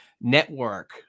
network